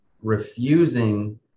refusing